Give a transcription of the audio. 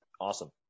Awesome